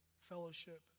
fellowship